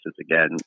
again